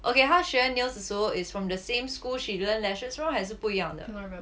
okay how she learn nails is also from the same school she learn lashes from 还是不一样的